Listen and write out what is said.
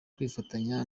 kwifatanya